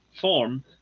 form